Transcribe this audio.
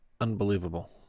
unbelievable